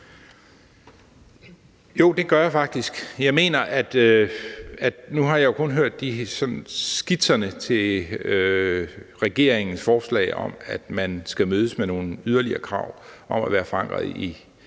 Jo, det gør jeg faktisk. Nu har jeg jo kun hørt sådan skitserne til regeringens forslag om, at man skal mødes med nogle yderligere krav om at være forankret i